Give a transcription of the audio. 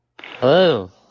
Hello